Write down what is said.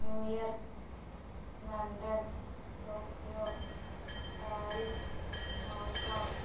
New York London Tokyo Paris Hong Kong